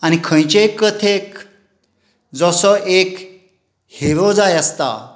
आनी खंयचेय कथेक जसो एक हिरो जाय आसता